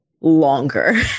longer